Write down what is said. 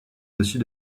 dessus